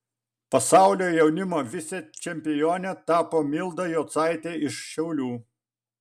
pasaulio jaunimo vicečempione tapo milda jocaitė iš šiaulių